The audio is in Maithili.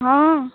हँ